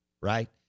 right